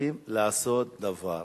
מוכרחים לעשות דבר.